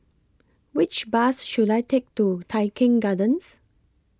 Which Bus should I Take to Tai Keng Gardens